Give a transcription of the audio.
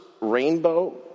rainbow